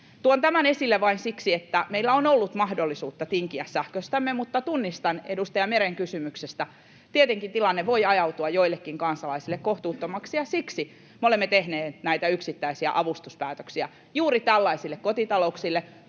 Tuon tämän esille vain siksi, että meillä on ollut mahdollisuutta tinkiä sähköstämme, mutta tunnistan edustaja Meren kysymyksestä, tietenkin tilanne voi ajautua joillekin kansalaisille kohtuuttomaksi ja siksi me olemme tehneet näitä yksittäisiä avustuspäätöksiä juuri tällaisille kotitalouksille,